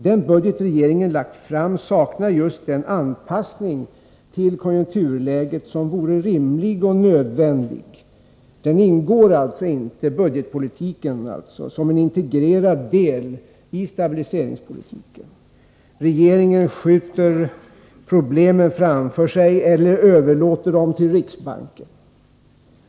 Den budget regeringen lagt fram saknar just den anpassning till konjunkturläget som vore rimlig och nödvändig. Den ingår inte som en integrerad del i stabiliseringspolitiken. Regeringen skjuter problemen framför sig eller överlåter dem till riksbanken.